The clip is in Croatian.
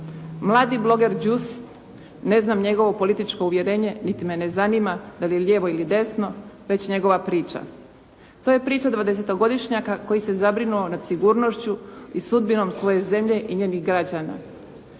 Mladi broger Đus, ne znam njegovo političko uvjerenje, niti me zanima da li je lijevo ili desno, već njegova priča. To je priča dvadesetogodišnjaka koji se zabrinuo nad sigurnošću i sudbinom svoje zemlje i njenih građana.